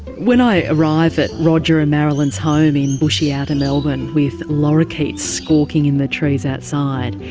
when i arrive at roger and marilyn's home in bushy outer melbourne, with lorikeets squawking in the trees outside,